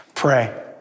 pray